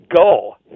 go